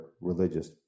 religious